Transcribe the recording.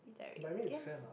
but I mean it's fair lah